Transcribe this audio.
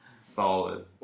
Solid